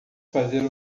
fazer